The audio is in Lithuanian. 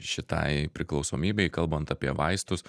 šitai priklausomybei kalbant apie vaistus